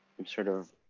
i'm sort of